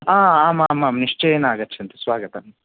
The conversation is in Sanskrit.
आ आम् आम् आम् निश्चयेन आगच्छन्तु स्वागतं